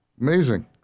Amazing